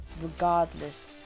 regardless